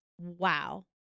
wow